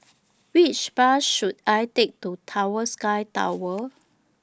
Which Bus should I Take to Tower Sky Tower